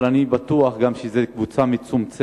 אבל אני בטוח גם שזו קבוצה מצומצמת